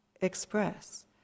express